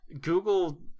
Google